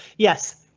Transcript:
yes.